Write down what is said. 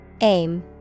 Aim